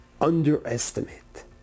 underestimate